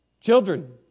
Children